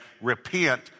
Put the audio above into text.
repent